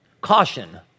caution